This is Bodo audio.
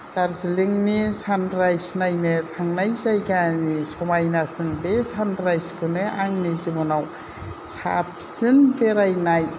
दार्जिलींनि सानरायज नायनो थांनाय जायगानि समायनासिन बे सनरायजखौनो आंनि जिबनाव साबसिन बेरायनाय